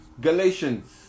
Galatians